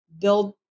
build